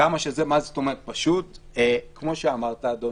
כפי שאמרת, אדוני,